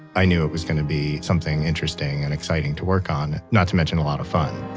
i knew it was gonna be something interesting and exciting to work on, not to mention a lot of fun